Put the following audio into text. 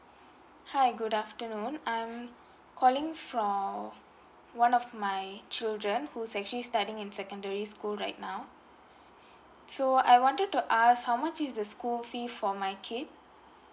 hi good afternoon I'm calling for one of my children who's actually studying in secondary school right now so I wanted to ask how much is the school fee for my kid